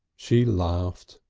she laughed,